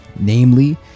Namely